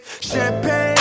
Champagne